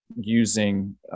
using